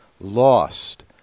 Lost